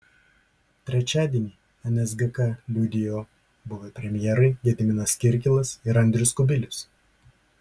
trečiadienį nsgk liudijo buvę premjerai gediminas kirkilas ir andrius kubilius